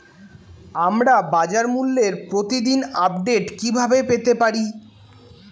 আমরা বাজারমূল্যের প্রতিদিন আপডেট কিভাবে পেতে পারি?